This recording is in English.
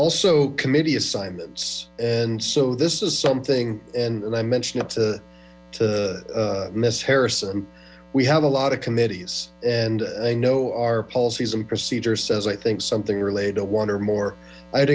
also committee assignments and so this is something and then i mentioned it to to miss harrison we have a lot of committees and i know our policies and procedures says i think something related to one or more i'd